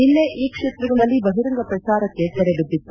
ನಿನ್ನೆ ಈ ಕ್ಷೇತ್ರಗಳಲ್ಲಿ ಬಹಿರಂಗ ಪ್ರಚಾರಕ್ಷೆ ತೆರೆ ಬಿದ್ದಿತ್ತು